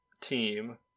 team